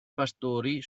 pastori